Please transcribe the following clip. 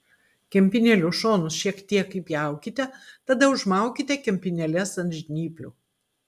kempinėlių šonus šiek tiek įpjaukite tada užmaukite kempinėles ant žnyplių